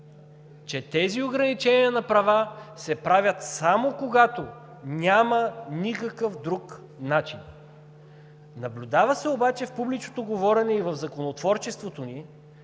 че тези ограничения на права се правят, само когато няма никакъв друг начин. Наблюдава се обаче в публичното говорене и в законотворчеството ни,